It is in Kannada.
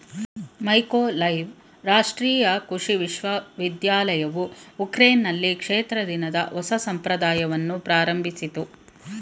ಮೈಕೋಲೈವ್ ರಾಷ್ಟ್ರೀಯ ಕೃಷಿ ವಿಶ್ವವಿದ್ಯಾಲಯವು ಉಕ್ರೇನ್ನಲ್ಲಿ ಕ್ಷೇತ್ರ ದಿನದ ಹೊಸ ಸಂಪ್ರದಾಯವನ್ನು ಪ್ರಾರಂಭಿಸಿತು